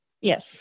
Yes